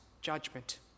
judgment